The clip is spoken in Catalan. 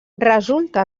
resulta